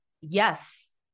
yes